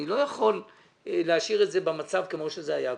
אני לא יכול להשאיר את זה במצב כמו שזה היה קודם.